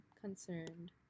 concerned